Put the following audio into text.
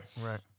right